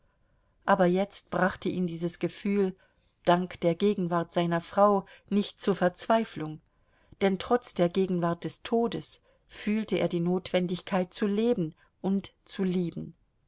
aber jetzt brachte ihn dieses gefühl dank der gegenwart seiner frau nicht zur verzweiflung denn trotz der gegenwart des todes fühlte er die notwendigkeit zu leben und zu lieben